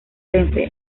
renfe